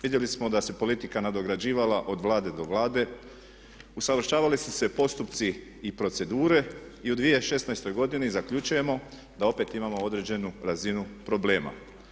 Vidjeli smo da se politika nadograđivala od Vlade do Vlade, usavršavali su se postupci i procedure i u 2016.godini zaključujemo da opet imamo određenu razinu problema.